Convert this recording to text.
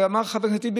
ואמר חבר הכנסת טיבי,